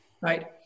Right